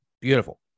Beautiful